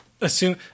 Assume